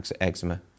eczema